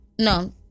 No